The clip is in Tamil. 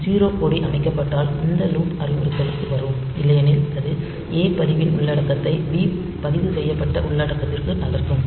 0 கொடி அமைக்கப்பட்டால் இந்த லூப் அறிவுறுத்தலுக்கு வரும் இல்லையெனில் அது ஏ பதிவின் உள்ளடக்கத்தை b பதிவு செய்யப்பட்ட உள்ளடக்கத்திற்கு நகர்த்தும்